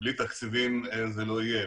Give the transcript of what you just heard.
ובלי תקציבים זה לא יהיה.